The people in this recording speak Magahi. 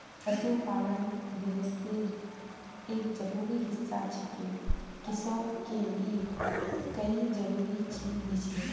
पशुपालन गिरहस्तीर एक जरूरी हिस्सा छिके किसअ के ई कई जरूरी चीज दिछेक